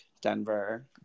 Denver